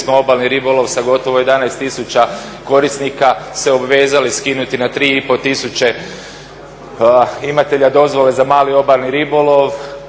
obalni ribolov sa gotovo 11 tisuća korisnika se obvezali skinuti na 3,5 tisuće imatelja dozvole za mali obalni ribolov.